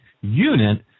unit